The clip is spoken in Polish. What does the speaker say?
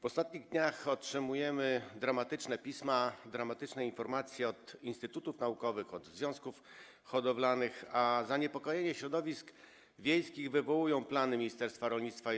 W ostatnich dniach otrzymujemy dramatyczne pisma, dramatyczne informacje od instytutów naukowych, od związków hodowlanych, a zaniepokojenie środowisk wiejskich wywołują plany Ministerstwa Rolnictwa i